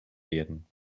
werden